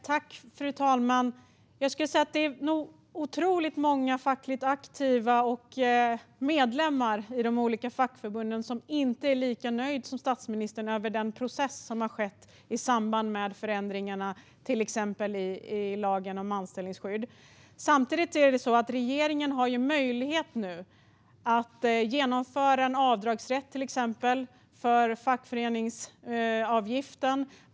Fru talman! Det är nog otroligt många fackligt aktiva och medlemmar i de olika fackförbunden som inte är lika nöjda som statsministern över den process som har skett i samband med förändringarna i till exempel lagen om anställningsskydd. Regeringen har nu möjlighet att få igenom avdragsrätt för fackföreningsavgiften.